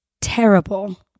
terrible